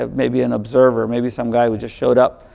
ah maybe an observer, maybe some guy who just showed up,